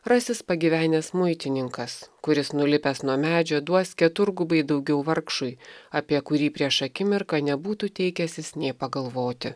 rasis pagyvenęs muitininkas kuris nulipęs nuo medžio duos keturgubai daugiau vargšui apie kurį prieš akimirką nebūtų teikęsis nė pagalvoti